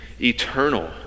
eternal